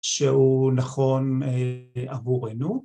‫שהוא נכון עבורנו.